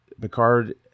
Picard